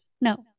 No